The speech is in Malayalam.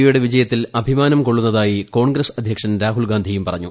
ഒ യുടെ വിജയത്തിൽ അഭിമാനം കൊള്ളുന്നതായി കോൺഗ്രസ് അധ്യക്ഷൻ രാഹുൽ ഗാന്ധിയും പറഞ്ഞു